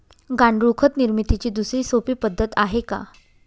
गांडूळ खत निर्मितीची दुसरी सोपी पद्धत आहे का?